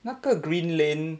那个 green lane